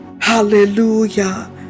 Hallelujah